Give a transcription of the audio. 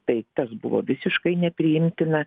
tai tas buvo visiškai nepriimtina